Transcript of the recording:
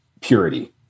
Purity